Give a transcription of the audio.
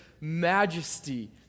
majesty